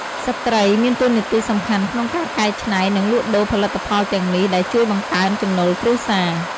ស្ត្រី មានតួនាទីសំខាន់ក្នុងការកែច្នៃ និងលក់ដូរផលិតផលទាំងនេះ ដែលជួយបង្កើនចំណូលគ្រួសារ។